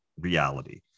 reality